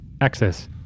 access